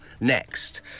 next